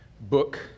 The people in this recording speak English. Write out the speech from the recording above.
book